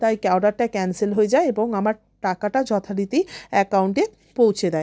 তাই ক্যা অর্ডারটা ক্যান্সেল হয়ে যায় এবং আমার টাকাটা যথারীতি অ্যাকাউন্টে পৌঁছে দেয়